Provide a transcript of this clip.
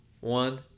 one